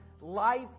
life